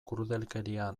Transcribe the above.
krudelkeria